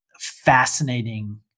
fascinating